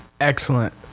Excellent